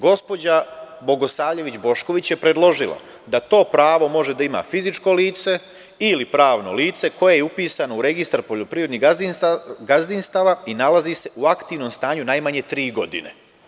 Gospođa Bogosavljević Bošković je predložila da to pravo može da ima fizičko lice ili pravno lice koje je upisano u registar poljoprivrednih gazdinstava i nalazi se u aktivnom stanju najmanje tri godine.